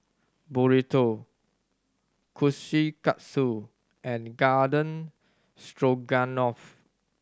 Burrito Kushikatsu and Garden Stroganoff